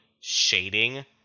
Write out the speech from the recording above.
shading